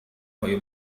های